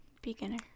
Beginner